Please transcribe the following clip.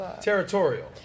Territorial